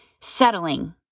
settling